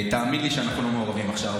תאמין לי שאנחנו לא מעורבים עכשיו.